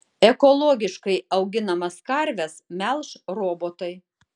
ekologiškai auginamas karves melš robotai